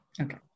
okay